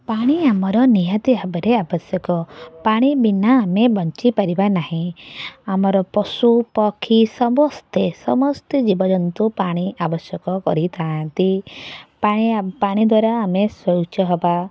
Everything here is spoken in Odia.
ପାଣି ଆମର ନିହାତି ଭାବରେ ଆବଶ୍ୟକ ପାଣି ବିନା ଆମେ ବଞ୍ଚି ପାରିବା ନାହିଁ ଆମର ପଶୁପକ୍ଷୀ ସମସ୍ତେ ସମସ୍ତେ ଜୀବଜନ୍ତୁ ପାଣି ଆବଶ୍ୟକ କରିଥାନ୍ତି ପାଣି ଆ ପାଣି ଦ୍ଵାରା ଆମେ ଶୌଚହବା